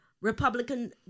Republican